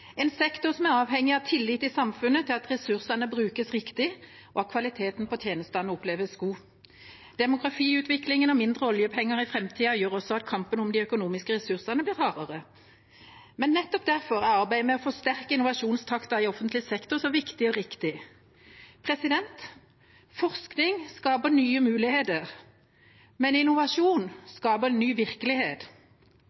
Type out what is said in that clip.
en sektor som er avhengig av tillit i samfunnet til at ressursene brukes riktig, og at kvaliteten på tjenestene oppleves god. Demografiutviklingen og mindre oljepenger i framtida gjør også at kampen om de økonomiske ressursene blir hardere. Nettopp derfor er arbeidet med å forsterke innovasjonstakten i offentlig sektor så riktig og viktig. Forskning skaper nye muligheter, men innovasjon